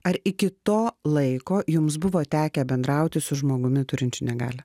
ar iki to laiko jums buvo tekę bendrauti su žmogumi turinčiu negalią